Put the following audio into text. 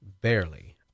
Barely